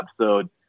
episode